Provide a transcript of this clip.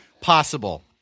possible